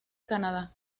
canadá